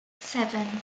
seven